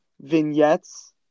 vignettes